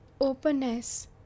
openness